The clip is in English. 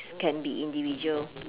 can be individual